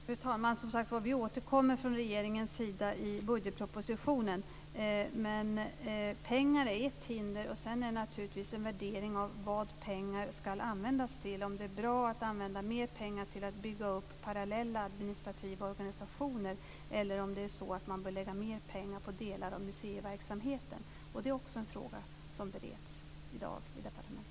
Fru talman! Vi återkommer, som sagt, från regeringens sida i budgetpropositionen, men pengar är ett hinder. Dessutom är det naturligtvis fråga om en värdering av vad pengar skall användas till. Är det bra att använda mer pengar till att bygga parallella administrativa organisationer, eller bör man lägga mer pengar på delar av museiverksamheten? Också det är en fråga som i dag bereds i departementet.